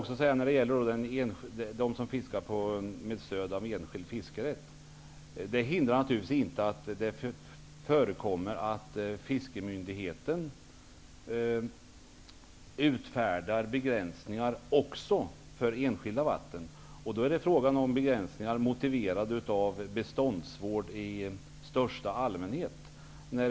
Så några ord om dem som fiskar med stöd av enskild fiskerätt. Det hindrar naturligtvis inte att det förekommer att fiskemyndigheten utfärdar begränsningar också för enskilda vatten. Sådana begränsningar är motiverade av beståndsvård i största allmänhet.